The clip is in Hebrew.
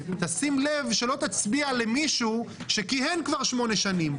תשים לב שלא תצביע למישהו שכיהן כבר שמונה שנים,